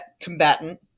combatant